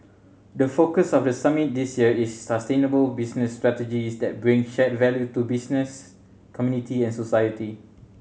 the focus of the summit this year is sustainable business strategies that bring shared value to business community and society